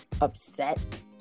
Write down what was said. upset